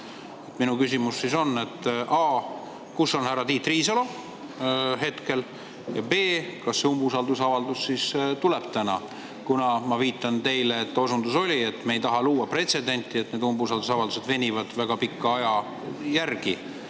Minu küsimus on: a) kus on härra Tiit Riisalo hetkel ja b) kas see umbusaldusavaldus siis tuleb täna? Ma viitan teile, et osundus oli, et me ei taha luua pretsedenti, et need umbusaldusavalduse [arutamised] venivad väga pika aja peale.